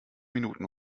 minuten